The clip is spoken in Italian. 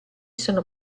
sono